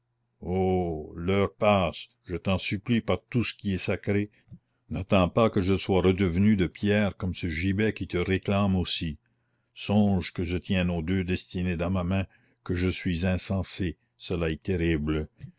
oh l'heure passe je t'en supplie par tout ce qui est sacré n'attends pas que je sois redevenu de pierre comme ce gibet qui te réclame aussi songe que je tiens nos deux destinées dans ma main que je suis insensé cela est terrible